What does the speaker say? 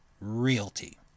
Realty